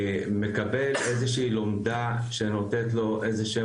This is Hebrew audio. מקבל איזה שהיא לומדה שנותנת לו איזה שהם